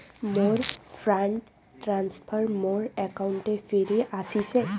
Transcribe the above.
মোর fund transfer মোর অ্যাকাউন্টে ফিরি আশিসে